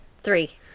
three